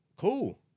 Cool